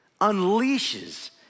unleashes